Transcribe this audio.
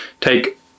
take